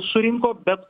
surinko bet